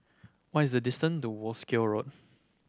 what is the distance to Wolskel Road